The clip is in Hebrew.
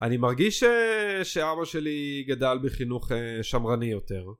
אני מרגיש שאבא שלי גדל בחינוך שמרני יותר